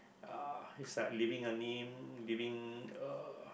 uh it's like leaving a name leaving uh